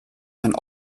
ein